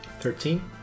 Thirteen